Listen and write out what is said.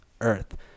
Earth